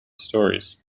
stories